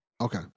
Okay